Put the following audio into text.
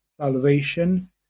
salvation